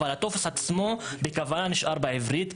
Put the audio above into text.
אבל הטופס עצמו בכוונה נשאר בעברית,